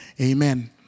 Amen